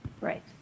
Right